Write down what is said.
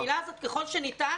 המילה הזאת "ככל שניתן".